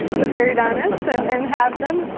the periodontist and and have them,